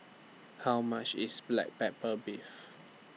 How much IS Black Pepper Beef